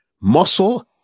muscle